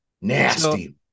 Nasty